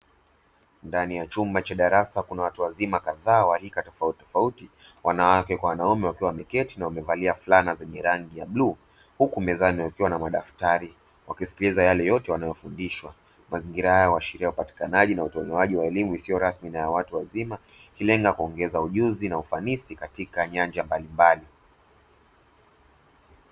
Ndani ya chumba cha darasa, kuna watu wazima kadhaa wa rika tofauti tofauti, wanawake kwa wanaume, wakiwa wameketi na wamevalia fulana za kijani na bluu. Huku mezani wakiwa na madaftari, wakisikiliza yale yote wanayofundishwa. Mazingira haya huashiria upatikanaji na utoaji wa elimu isiyo rasmi na ya watu wazima, kikilenga kuongeza ujuzi na ufanisi katika nyanja mbalimbali.